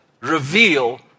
reveal